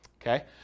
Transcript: okay